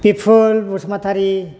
Bipul Basumatary